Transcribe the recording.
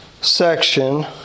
section